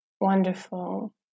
wonderful